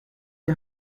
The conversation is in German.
die